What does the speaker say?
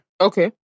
Okay